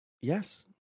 yes